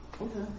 Okay